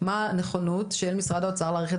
מה הנכונות של משרד האוצר להאריך את